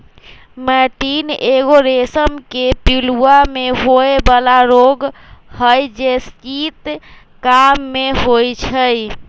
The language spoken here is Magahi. मैटीन एगो रेशम के पिलूआ में होय बला रोग हई जे शीत काममे होइ छइ